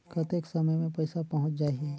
कतेक समय मे पइसा पहुंच जाही?